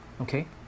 Okay